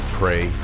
pray